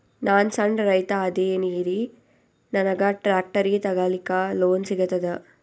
ನಾನ್ ಸಣ್ ರೈತ ಅದೇನೀರಿ ನನಗ ಟ್ಟ್ರ್ಯಾಕ್ಟರಿ ತಗಲಿಕ ಲೋನ್ ಸಿಗತದ?